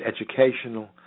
educational